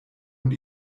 und